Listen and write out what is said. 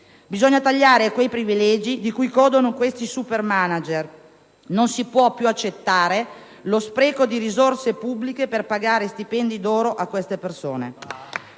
Bisogna tagliare quei privilegi di cui godono i super manager. Non si può più accettare lo spreco di risorse pubbliche per pagare stipendi d'oro a dette persone.